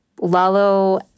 Lalo